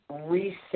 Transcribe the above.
reset